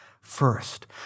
first